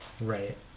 Right